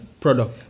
product